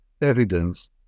evidence